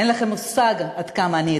אין לכם מושג עד כמה אני אתכם.